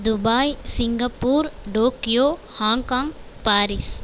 Dubai Singapore Tokyo Hong Kong Paris